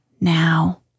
Now